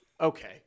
okay